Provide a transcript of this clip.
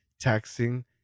taxing